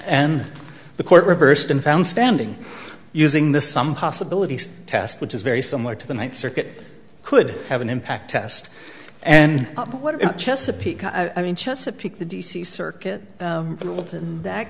and the court reversed and found standing using this some possibilities to test which is very similar to the ninth circuit could have an impact test and what chesapeake i mean chesapeake the d c circuit in that